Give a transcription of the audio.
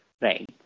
Right